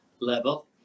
level